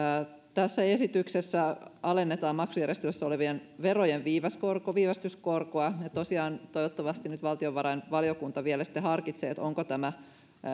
tässä esityksessä alennetaan maksujärjestelyssä olevien verojen viivästyskorkoa viivästyskorkoa ja tosiaan toivottavasti nyt valtiovarainvaliokunta vielä sitten harkitsee onko tämä